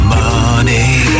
money